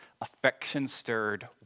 affection-stirred